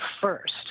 first